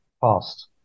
past